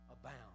abound